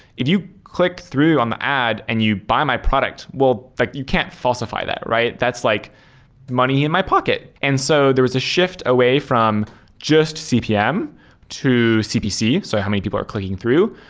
if you click through on the ad and you buy my product, well, like you can't falsify that. that's like money in my pocket. and so there was a shift away from just cpm to cpc. so how many people are clicking through?